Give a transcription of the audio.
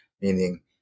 meaning